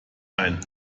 ein